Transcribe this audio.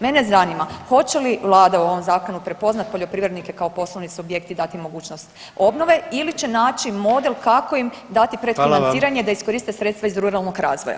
Mene zanima, hoće li Vlada u ovom Zakonu prepoznati poljoprivrednike kao poslovni subjekt i dati mogućnost obnove ili će naći model kako im dati predfinanciranje da iskoriste sredstva iz ruralnog razvoja.